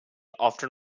often